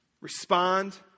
respond